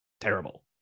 terrible